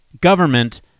government